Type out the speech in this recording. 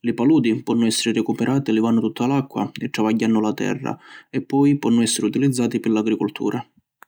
Li paludi ponnu essiri recuperati livannu tutta l’acqua e travagghiannu la terra e poi ponnu essiri utilizzati pi l’agricultura.